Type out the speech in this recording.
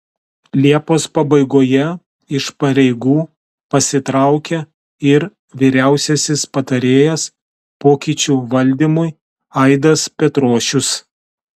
liepos pabaigoje iš pareigų pasitraukė ir vyriausiasis patarėjas pokyčių valdymui aidas petrošius